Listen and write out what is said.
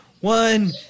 One